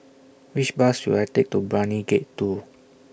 Which Bus should I Take to Brani Gate two